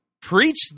preach